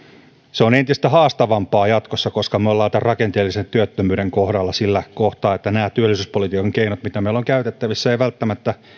se on entistä haastavampaa jatkossa koska me olemme tämän rakenteellisen työttömyyden kohdalla sillä kohtaa että nämä työllisyyspolitiikan keinot mitä meillä on käytettävissä eivät välttämättä riitä